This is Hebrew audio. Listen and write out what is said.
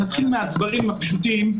נתחיל מהדברים הפשוטים,